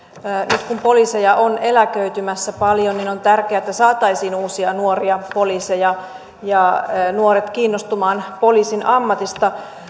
nyt kun poliiseja on eläköitymässä paljon on tärkeää että saataisiin uusia nuoria poliiseja ja nuoret kiinnostumaan poliisin ammatista